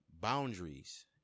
boundaries